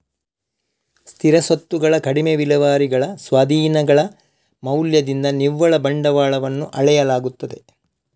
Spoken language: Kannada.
ಸ್ಥಿರ ಸ್ವತ್ತುಗಳ ಕಡಿಮೆ ವಿಲೇವಾರಿಗಳ ಸ್ವಾಧೀನಗಳ ಮೌಲ್ಯದಿಂದ ನಿವ್ವಳ ಬಂಡವಾಳವನ್ನು ಅಳೆಯಲಾಗುತ್ತದೆ